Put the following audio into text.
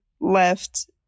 left